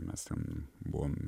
mes ten buvome